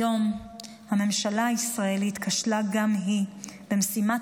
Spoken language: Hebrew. היום הממשלה הישראלית כשלה גם היא במשימת